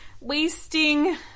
wasting